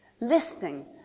listening